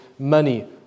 Money